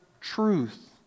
truth